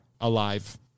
Alive